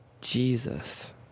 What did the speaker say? Jesus